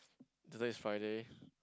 today is Friday